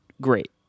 great